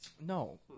No